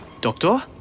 Doctor